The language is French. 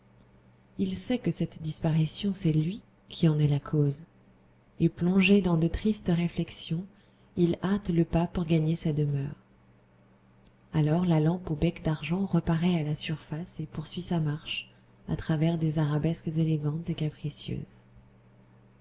il sait que cette disparition c'est lui qui en est la cause et plongé dans de tristes réflexions il hâte le pas pour gagner sa demeure alors la lampe au bec d'argent reparaît à la surface et poursuit sa marche à travers des arabesques élégantes et capricieuses